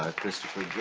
ah christopher